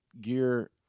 gear